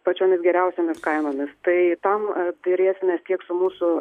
pačiomis geriausiomis kainomis tai tam derėsimės tiek su mūsų